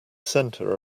center